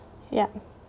yup